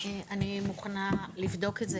אני מוכנה לבדוק את זה.